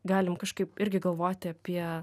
galim kažkaip irgi galvoti apie